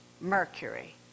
mercury